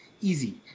easy